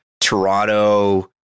Toronto